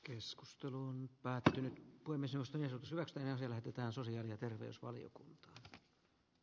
keskusteluun päättäjille kolme seosta ja sodasta selvitetään sosiaali ja ympärilleenkin